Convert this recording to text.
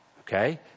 Okay